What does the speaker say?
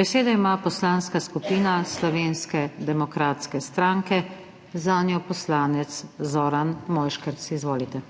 Besedo ima Poslanska skupina Slovenske demokratske stranke, zanjo poslanec Zoran Mojškerc. Izvolite.